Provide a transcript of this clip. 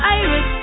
iris